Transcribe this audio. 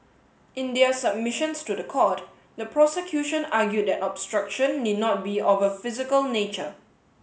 in their submissions to the court the prosecution argued that obstruction need not be of a physical nature